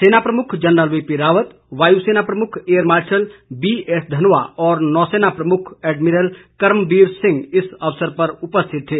सेना प्रमुख जनरल विपिन रावत वायुसेना प्रमुख air marshal B S Dhanoa और नौसेना प्रमुख एडमिरल करमबीर सिंह इस अवसर पर उपस्थित थे